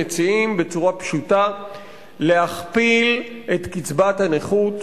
מציעים בצורה פשוטה להכפיל את קצבת הנכות.